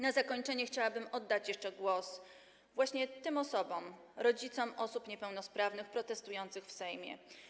Na zakończenie chciałabym oddać jeszcze głos właśnie tym osobom, rodzicom osób niepełnosprawnych protestujących w Sejmie.